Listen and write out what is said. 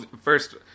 first